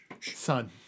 son